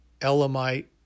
Elamite